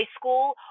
school